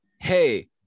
hey